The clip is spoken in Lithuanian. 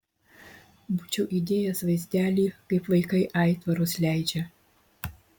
būčiau įdėjęs vaizdelį kaip vaikai aitvarus leidžia